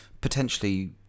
potentially